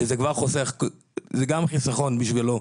שזה גם חיסכון בשבילו,